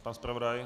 Pan zpravodaj?